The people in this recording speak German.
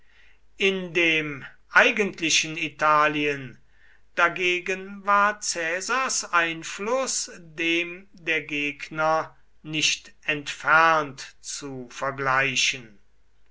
in dem eigentlichen italien dagegen war caesars einfluß dem der gegner nicht entfernt zu vergleichen